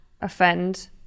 offend